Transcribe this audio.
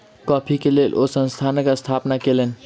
coffee के लेल ओ संस्थानक स्थापना कयलैन